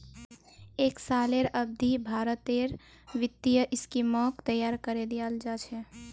एक सालेर अवधित भारतेर वित्तीय स्कीमक तैयार करे दियाल जा छे